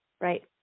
Right